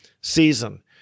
season